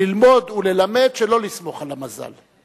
ללמוד וללמד שלא לסמוך על המזל.